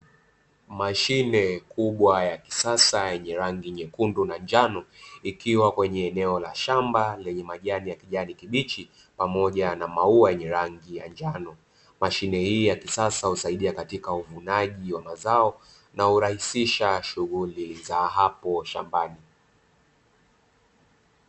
Mashine kubwa ya kisasa yenye rangi nyekundu na njano ikiwa kwenye eneo la shamba lenye majani ya kijani kibichi pamoja na maua yenye rangi ya njano mashine hii ya kisasa husaidia katika uvunaji wa mazao na urahisisha shughuli za hapo shambani.